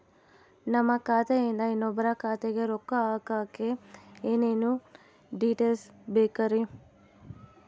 ನಮ್ಮ ಖಾತೆಯಿಂದ ಇನ್ನೊಬ್ಬರ ಖಾತೆಗೆ ರೊಕ್ಕ ಹಾಕಕ್ಕೆ ಏನೇನು ಡೇಟೇಲ್ಸ್ ಬೇಕರಿ?